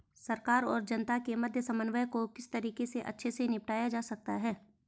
सरकार और जनता के मध्य समन्वय को किस तरीके से अच्छे से निपटाया जा सकता है?